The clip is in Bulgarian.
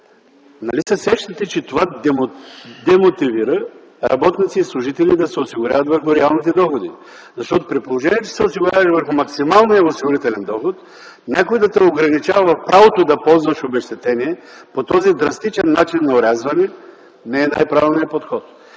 Нали се сещате, че това демотивира работници и служители да се осигуряват върху реалните доходи? Защото, при положение че са се осигурявали върху максималния осигурителен доход, някой да те ограничава в правото да ползваш обезщетение по този драстичен начин на орязване, не е най-правилният подход.